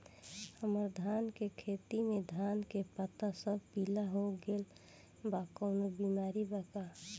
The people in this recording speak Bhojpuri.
हमर धान के खेती में धान के पता सब पीला हो गेल बा कवनों बिमारी बा का?